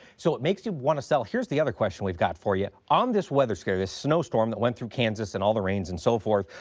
so it makes you want to sell. here's the other question we've got for you. on this weather scare, this snowstorm that went through kansas and all the rains and so forth,